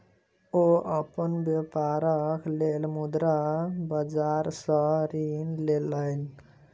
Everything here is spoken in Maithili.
ओ अपन व्यापारक लेल मुद्रा बाजार सॅ ऋण लेलैन